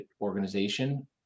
organization